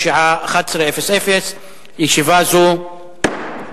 בשעה 11:00. ישיבה זו נעולה.